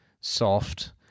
soft